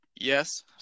Yes